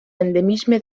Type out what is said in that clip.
endemisme